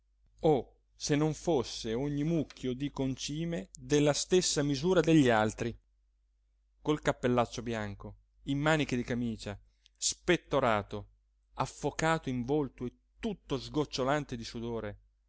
o se non fosse ogni mucchio di concime della stessa misura degli altri col cappellaccio bianco in maniche di camicia spettorato affocato in volto e tutto sgocciolante di sudore